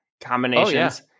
combinations